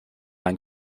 ein